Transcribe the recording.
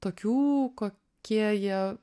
tokių kokie jie